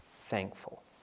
thankful